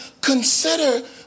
consider